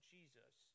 Jesus